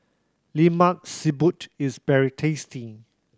Lemak Siput is very tasty